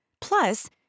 Plus